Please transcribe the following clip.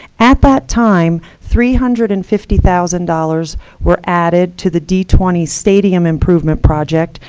at that time, three hundred and fifty thousand dollars were added to the d twenty stadium improvement project,